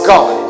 God